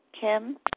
Kim